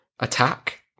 attack